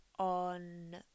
on